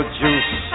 juice